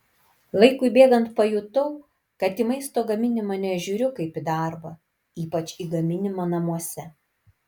laikui bėgant pajutau kad į maisto gaminimą nežiūriu kaip į darbą ypač į gaminimą namuose